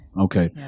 Okay